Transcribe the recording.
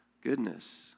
goodness